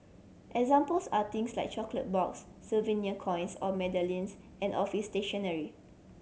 examples are things like chocolate box souvenir coins or medallions and office stationery